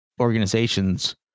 organizations